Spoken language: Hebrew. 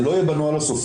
זה לא יהיה בנוהל הסופי,